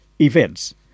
Events